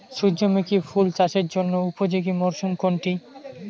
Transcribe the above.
সূর্যমুখী ফুল চাষের জন্য উপযোগী মরসুম কোনটি?